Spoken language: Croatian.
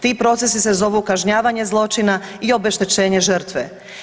Ti procesi se zovu kažnjavanje zločina i obeštećenje žrtve.